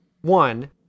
one